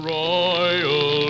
royal